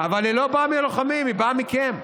אבל היא לא באה מהלוחמים, היא באה מכם.